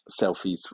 selfies